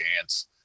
chance